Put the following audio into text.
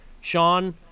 Sean